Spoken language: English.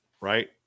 right